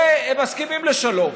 והם מסכימים לשלום.